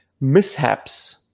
mishaps